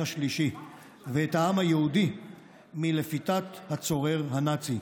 השלישי ואת העם היהודי מלפיתת הצורר הנאצי.